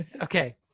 Okay